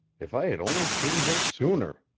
if i had only seen her sooner